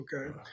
Okay